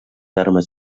armes